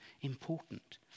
important